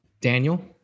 Daniel